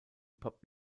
pop